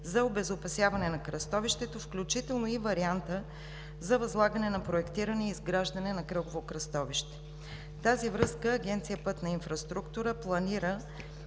за обезопасяване на кръстовището, включително и варианта за възлагане на проектиране и изграждане на кръгово кръстовище. В тази връзка Агенция „Пътна инфраструктура“ планира